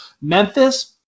Memphis